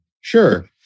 Sure